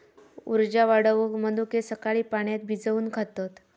उर्जा वाढवूक मनुके सकाळी पाण्यात भिजवून खातत